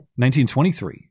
1923